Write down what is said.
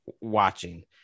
watching